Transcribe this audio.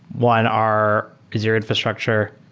one, our zero infrastructure